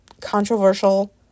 controversial